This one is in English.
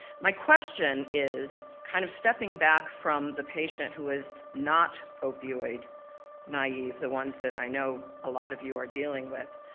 my question is kind of stepping back from the patient who is not opioid naive, the ones that i know a lot of you are dealing with,